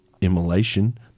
Immolation